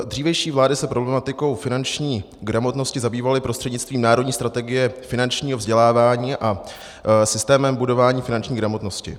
Dřívější vlády se problematikou finanční gramotnosti zabývaly prostřednictvím národní strategie finančního vzdělávání a systémem budování finanční gramotnosti.